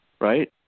right